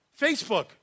Facebook